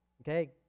Okay